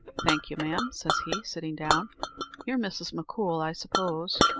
thank you ma'am, says he, sitting down you're mrs. m'coul, i suppose?